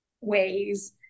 ways